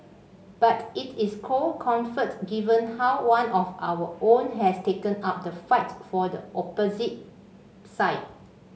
but it is cold comfort given how one of our own has taken up the fight for the opposite side